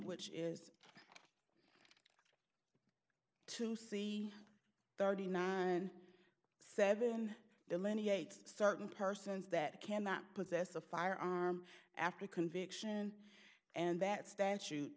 which is to see thirty nine and seven delineates certain persons that cannot possess a firearm after conviction and that statute